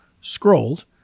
scrolled